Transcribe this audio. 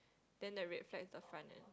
then the red flag is the front one